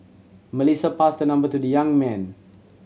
Melissa passed her number to the young man